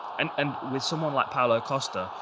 and um with someone like paulo costa,